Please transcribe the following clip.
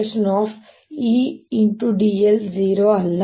dl 0 ಅಲ್ಲ